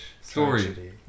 story